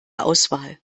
auswahl